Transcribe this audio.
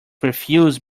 refused